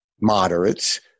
moderates